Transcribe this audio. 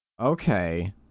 okay